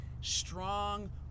Strong